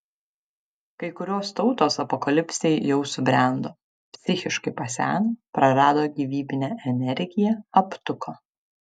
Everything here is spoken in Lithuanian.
kai kurios tautos apokalipsei jau subrendo psichiškai paseno prarado gyvybinę energiją aptuko